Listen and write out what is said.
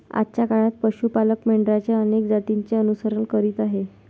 आजच्या काळात पशु पालक मेंढरांच्या अनेक जातींचे अनुसरण करीत आहेत